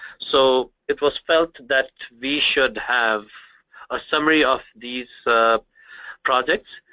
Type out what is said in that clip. so it was felt that we should have a summary of these projects,